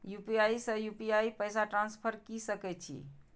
UPI से UPI पैसा transfer की सके छी?